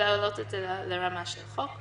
ולהעלות אותו לרמה של חוק.